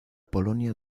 polonia